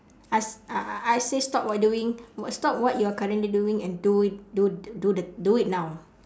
I I I say stop what you are doing stop what you are currently doing and do it do the do the do it now